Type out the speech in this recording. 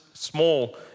small